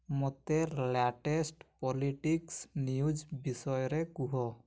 ମୋତେ latest politics news ବିଷୟରେ କୁହ